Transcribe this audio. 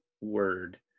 word